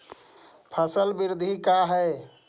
फसल वृद्धि का है?